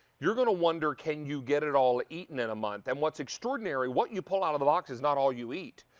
you're going to wonder, can you get it all eaten in a month. and what's extraordinary, what you pull out of the box is not all you eat.